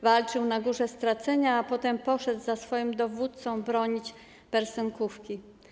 Walczył na Górze Stracenia, a potem poszedł za swoim dowódcą bronić Persenkówki.